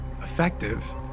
effective